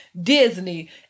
Disney